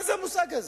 מה זה המושג הזה?